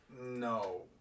No